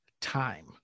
time